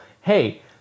hey